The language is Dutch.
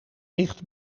dicht